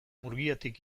murgiatik